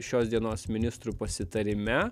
šios dienos ministrų pasitarime